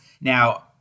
Now